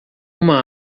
uma